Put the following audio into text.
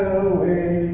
away